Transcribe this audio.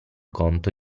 conto